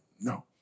No